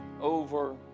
over